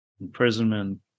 imprisonment